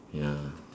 ya